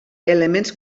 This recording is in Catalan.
elements